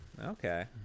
Okay